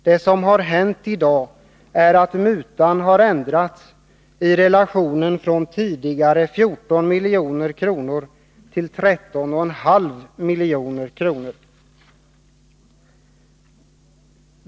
Det som har hänt i dag är att mutan har ändrats från tidigare 14 milj.kr. till 13,5 milj.kr.